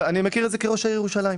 אני מכיר את זה כראש העיר ירושלים.